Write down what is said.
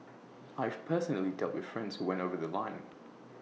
I've personally dealt with friends who went over The Line